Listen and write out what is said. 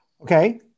Okay